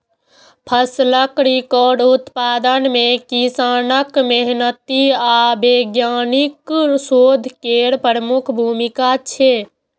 फसलक रिकॉर्ड उत्पादन मे किसानक मेहनति आ वैज्ञानिकक शोध केर प्रमुख भूमिका छै